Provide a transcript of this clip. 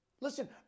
Listen